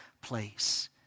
place